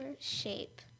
shape